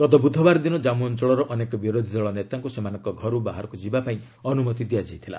ଗତ ବୁଧବାର ଦିନ ଜାମ୍ମୁ ଅଞ୍ଚଳର ଅନେକ ବିରୋଧୀଦଳ ନେତାଙ୍କୁ ସେମାନଙ୍କ ଘରୁ ବାହାରକୁ ଯିବା ପାଇଁ ଅନୁମତି ଦିଆଯାଇଥିଲା